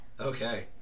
okay